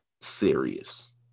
serious